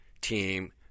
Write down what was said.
team